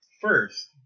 first